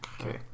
Okay